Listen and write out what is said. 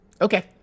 Okay